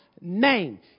name